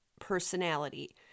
personality